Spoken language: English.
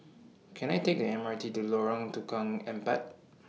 Can I Take The M R T to Lorong Tukang Empat